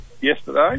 yesterday